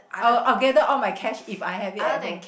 I'll I will I gather all my cash if I have it at home